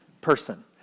person